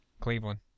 Cleveland